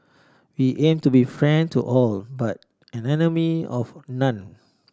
we aim to be friend to all but an enemy of none